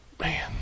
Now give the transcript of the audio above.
Man